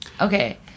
Okay